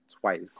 twice